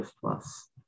Plus